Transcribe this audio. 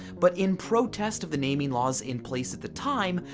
but in protest of the naming laws in place at the time,